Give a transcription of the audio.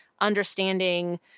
understanding